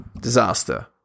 Disaster